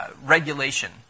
regulation